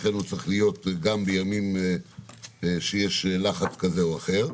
לכן הוא צריך להיות גם בימים שיש לחץ כזה או אחר.